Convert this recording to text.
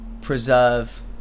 Preserve